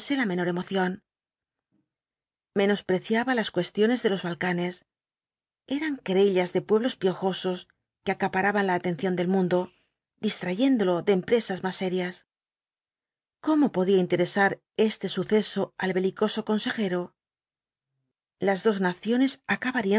la menor emoción menospreciaba las cuestiones de los balcanes eran querellas de pueblos piojosos que acaparaban la atención del mundo distrayéndolo de empresas más serias cómo podía interesar este suceso al belicoso consejero las dos naciones acabarían